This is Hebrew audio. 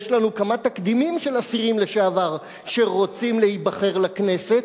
יש לנו כמה תקדימים של אסירים לשעבר שרוצים להיבחר לכנסת.